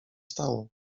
stało